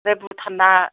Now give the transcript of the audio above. बे भुटानना